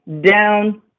down